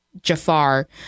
Jafar